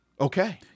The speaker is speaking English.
Okay